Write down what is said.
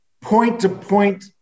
point-to-point